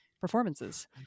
performances